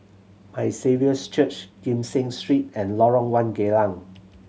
My Saviour's Church Kee Seng Street and Lorong One Geylang